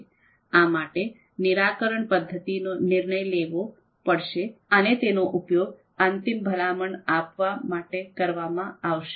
આ માટે નિરાકરણ પદ્ધતિનો નિર્ણય લેવો પડશે અને તેનો ઉપયોગ અંતિમ ભલામણ આપવા માટે કરવામાં આવશે